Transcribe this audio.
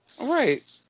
Right